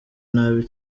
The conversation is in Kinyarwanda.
nabi